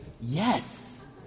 yes